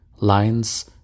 Lines